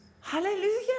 Hallelujah